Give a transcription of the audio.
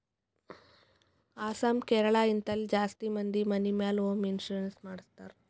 ಅಸ್ಸಾಂ, ಕೇರಳ, ಹಿಂತಲ್ಲಿ ಜಾಸ್ತಿ ಮಂದಿ ಮನಿ ಮ್ಯಾಲ ಹೋಂ ಇನ್ಸೂರೆನ್ಸ್ ಮಾಡ್ತಾರ್